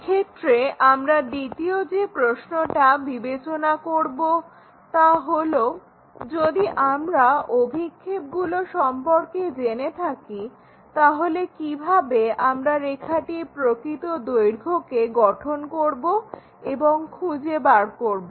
এক্ষেত্রে আমরা দ্বিতীয় যে প্রশ্নটা বিবেচনা করবো তা হলো যদি আমরা অভিক্ষেপগুলো সম্পর্কে জেনে থাকি তাহলে কিভাবে আমরা রেখাটির প্রকৃত দৈর্ঘ্যকে গঠন করবো এবং খুঁজে বের করব